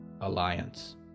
Alliance